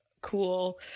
cool